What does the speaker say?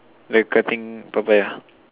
with cutting Papaya